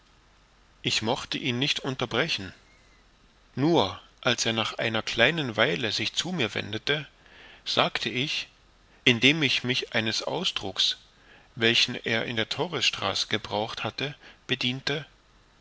ich mochte ihn nicht unterbrechen nur als er nach einer kleinen weile sich zu mir wendete sagte ich indem ich mich eines ausdrucks welchen er in der torres straße gebraucht hatte bediente